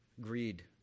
Greed